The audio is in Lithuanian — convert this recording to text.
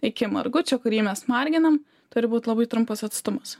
iki margučio kurį mes marginam turi būti labai trumpas atstumas